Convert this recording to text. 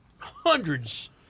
hundreds